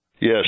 Yes